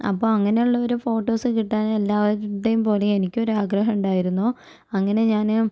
അപ്പം അങ്ങനെയുള്ളൊരു ഫോട്ടോസ് കിട്ടാന് എല്ലാവരുടെയും പോലെയും എനിക്കൊരാഗ്രഹമുണ്ടായിരുന്നു അങ്ങനെ ഞാന്